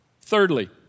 Thirdly